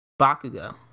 Bakugo